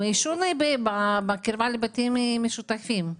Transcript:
עישון בקרבה לבתים משותפים.